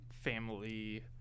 family